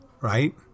Right